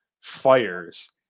fires